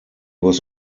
was